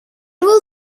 will